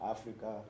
Africa